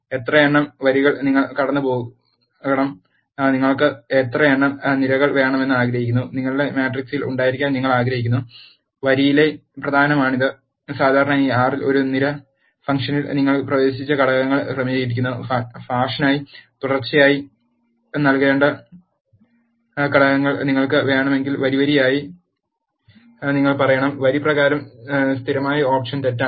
എത്ര എണ്ണം വരികൾ നിങ്ങൾ കടന്നുപോകണം നിങ്ങൾക്ക് എത്ര എണ്ണം നിരകൾ വേണമെന്ന് ആഗ്രഹിക്കുന്നു നിങ്ങളുടെ മാട്രിക്സിൽ ഉണ്ടായിരിക്കാൻ നിങ്ങൾ ആഗ്രഹിക്കുന്നു വരിയിലെ പ്രധാനമാണിത് സാധാരണയായി R ഒരു നിര ഫാഷനിൽ നിങ്ങൾ പ്രവേശിച്ച ഘടകങ്ങൾ ക്രമീകരിക്കുന്നു ഫാഷനായി തുടർച്ചയായി നൽകേണ്ട ഘടകങ്ങൾ നിങ്ങൾക്ക് വേണമെങ്കിൽ വരിവരിയായി നിങ്ങൾ പറയണം വരി പ്രകാരം സ്ഥിരസ്ഥിതി ഓപ്ഷൻ തെറ്റാണ്